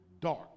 dark